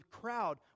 crowd